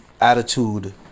attitude